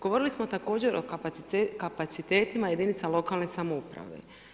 Govorili smo također o kapacitetima jedinicama lokalne samouprave.